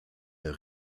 der